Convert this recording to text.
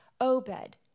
Obed